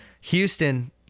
Houston